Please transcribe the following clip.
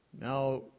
Now